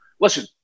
Listen